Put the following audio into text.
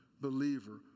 believer